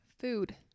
Food